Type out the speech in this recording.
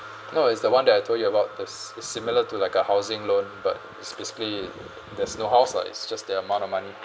no is the one that I told you about this is similar to like a housing loan but it's basically there's no house lah it's just the amount of money